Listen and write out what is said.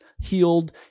healed